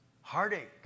heartache